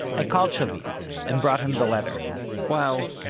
i called shavit, and brought him the letter wow,